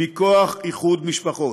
מכוח איחוד משפחות.